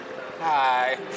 Hi